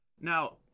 Now